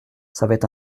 savait